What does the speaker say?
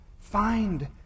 Find